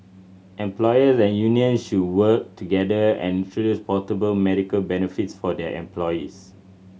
employers and unions should work together and introduce portable medical benefits for their employees